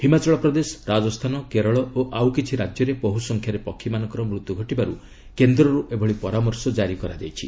ହିମାଚଳ ପ୍ରଦେଶ ରାଜସ୍ଥାନ କେରଳ ଓ ଆଉ କିଛି ରାଜ୍ୟରେ ବହୁ ସଂଖ୍ୟାରେ ପକ୍ଷୀମାନଙ୍କର ମୃତ୍ୟୁ ଘଟିବାରୁ କେନ୍ଦ୍ରରୁ ଏଭଳି ପରାମର୍ଶ କାରି କରାଯାଇଛି